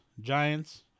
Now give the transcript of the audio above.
Giants